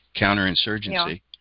counterinsurgency